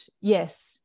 yes